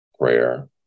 prayer